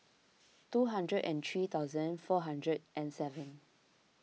two hundred and three thousand four hundred and seven